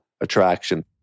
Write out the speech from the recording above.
attraction